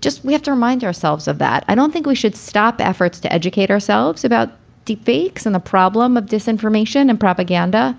just we have to remind ourselves of that. i don't think we should stop efforts to educate ourselves about deep takes and the problem of disinformation and propaganda